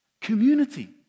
Community